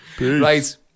Right